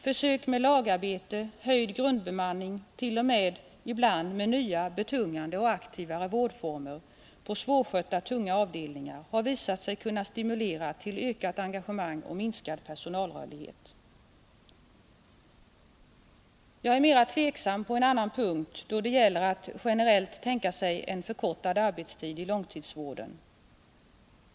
Försök med lagarbete, höjd grundbemanning, t.o.m. ibland med nya, betungande och aktivare vårdformer på svårskötta, tunga avdelningar, har visat sig kunna stimulera till ökat engagemang och minskad personalrörlighet. Jag är mera tveksam på en annan punkt, och det är när det gäller att generellt tänka sig en förkortad arbetstid inom långtidsvården.